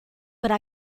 para